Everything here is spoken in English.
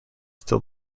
still